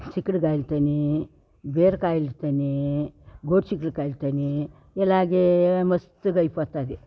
చిక్కుడుకాయల తోని బీరకాయల తోని గోరు చిక్కుడుకాయల తోని ఇలాగే మస్తుగా అయిపోతుంది